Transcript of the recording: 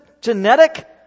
genetic